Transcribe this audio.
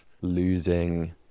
losing